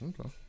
Okay